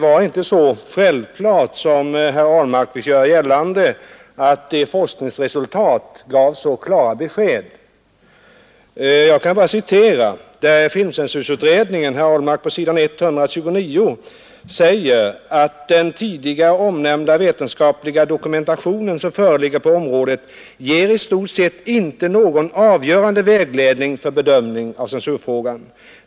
Forskningsresultaten gav inte så klara besked som herr Ahlmark vill göra gällande. Jag kan citera vad filmcensurutredningen skriver på s. 129: ”Den tidigare omnämnda vetenskapliga dokumentation som föreligger på området ger i stort sett inte någon avgörande vägledning för bedömning av censurfrågan.